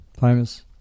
Famous